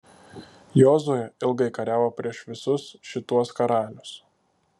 jozuė ilgai kariavo prieš visus šituos karalius